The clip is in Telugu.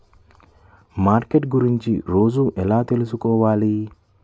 మార్కెట్ గురించి రోజు ఎలా తెలుసుకోవాలి?